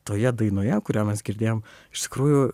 toje dainoje kurią mes girdėjom iš tikrųjų